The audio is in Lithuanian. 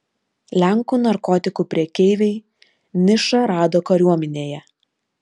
lenkų narkotikų prekeiviai nišą rado kariuomenėje